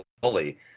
fully